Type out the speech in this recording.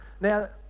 Now